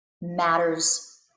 matters